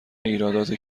ایرادات